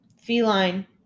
feline